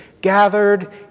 gathered